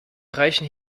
reichen